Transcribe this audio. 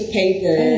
paper